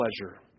pleasure